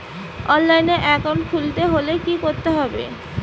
অনলাইনে একাউন্ট খুলতে হলে কি করতে হবে?